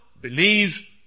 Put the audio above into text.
Believe